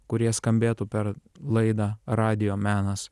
kurie skambėtų per laidą radijo menas